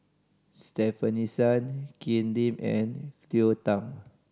Stefanie Sun Ken Lim and Cleo Thang